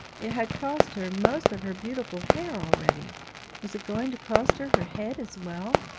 it had cost her most of her beautiful hair already was it going to cost her her head as well?